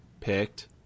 picked